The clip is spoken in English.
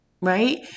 right